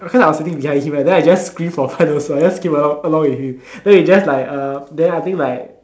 because I was sitting behind him then I just scream for fun also I just scream along along with him then he just like uh then I think like